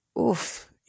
oof